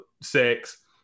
sex